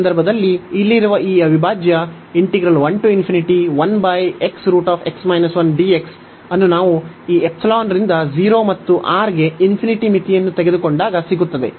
ಈ ಸಂದರ್ಭದಲ್ಲಿ ಇಲ್ಲಿರುವ ಈ ಅವಿಭಾಜ್ಯ ಅನ್ನು ನಾವು ಈ ϵ ರಿಂದ 0 ಮತ್ತು R ಗೆ ಮಿತಿಯನ್ನು ತೆಗೆದುಕೊಂಡಾಗ ಸಿಗುತ್ತದೆ